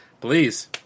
please